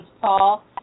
Paul